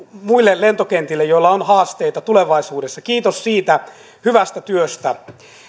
muille lentokentille joilla on haasteita tulevaisuudessa kiitos siitä hyvästä työstä